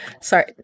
sorry